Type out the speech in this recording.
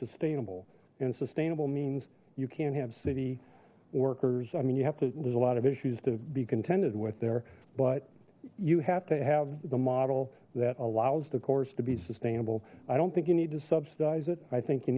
sustainable and sustainable means you can't have city workers i mean you have to there's a lot of issues to be contended with there but you have to have the model that allows the course to be sustainable i don't think you need to subsidize it i think you